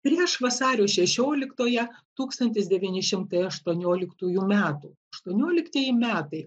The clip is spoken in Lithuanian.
prieš vasario šešioliktąją tūkstantis devyni šimtai aštuonioliktųjų metų aštuonioliktieji metai